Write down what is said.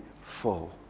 full